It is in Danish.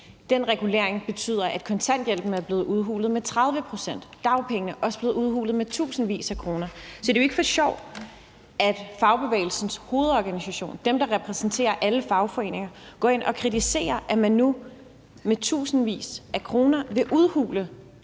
Den regulering betyder, at kontanthjælpen er blevet udhulet med 30 pct. Dagpenge er også blevet udhulet med tusindvis af kroner. Så det er jo ikke for sjov, at Fagbevægelsens Hovedorganisation, dem, der repræsenterer alle fagforeninger, går ind og kritiserer, at man nu med tusindvis af kroner vil udhule